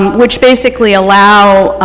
which basically allow